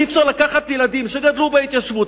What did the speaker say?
אי-אפשר לקחת ילדים שגדלו בהתיישבות,